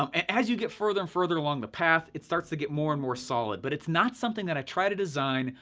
um as you get further and further along the path, it starts to get more and more solid. but it's not something that i try to design,